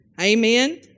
Amen